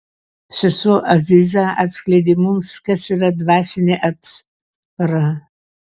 sesuo aziza atskleidė mums kas yra dvasinė atspara